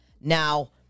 Now